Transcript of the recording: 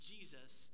Jesus